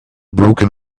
broken